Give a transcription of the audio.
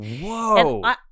Whoa